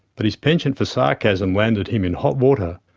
but his penchant for sarcasm landed him in hot water,